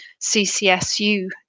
CCSU